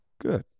good